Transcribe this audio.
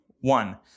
one